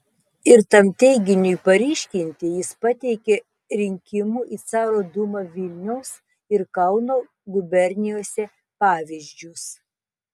ir tam teiginiui paryškinti jis pateikė rinkimų į caro dūmą vilniaus ir kauno gubernijose pavyzdžius